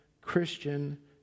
Christian